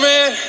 Man